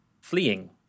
fleeing